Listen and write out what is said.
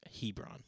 Hebron